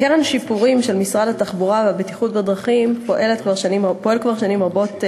קרן שיפורים של משרד התחבורה והבטיחות בדרכים פועלת כבר שנים רבות,